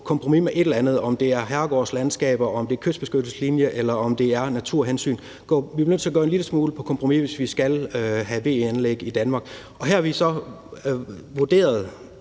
kompromis med et eller andet, om det så er herregårdslandskaber, om det er kystbeskyttelseslinje, eller om det er naturhensyn. Vi er nødt til at gå en lille smule på kompromis, hvis vi skal have VE-anlæg i Danmark. Og der har vi så vurderet